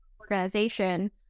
organization